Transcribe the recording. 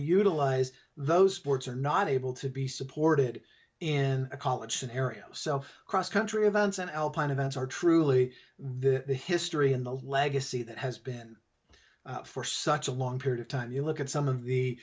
utilize those sports are not able to be supported in a college scenario so cross country events and alpine events are truly the history and the legacy that has been for such a long period of time you look at some of the